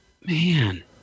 man